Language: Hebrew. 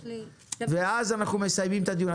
ואז נסיים את הדיון.